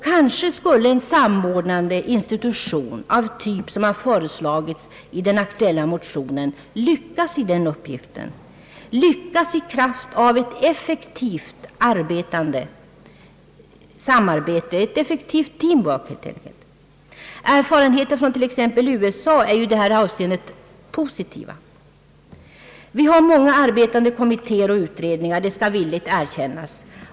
Kanske skulle en samordnande institution av den typ som har föreslagits i den aktuella motionen lyckas i den uppgiften, lyckas i kraft av ett effektivt team-work. Erfarenheterna från t.ex. USA är ju i detta avseende positiva. Vi har många arbetande kommittéer och utredningar — det skall villigt erkännas.